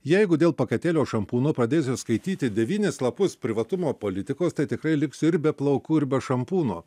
jeigu dėl paketėlio šampūno pradėsiu skaityti devynis lapus privatumo politikos tai tikrai liksiu ir be plaukų ir be šampūno